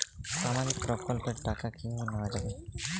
সামাজিক প্রকল্পের টাকা কিভাবে নেওয়া যাবে?